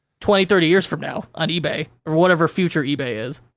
twenty, thirty years from now on ebay or whatever future ebay is.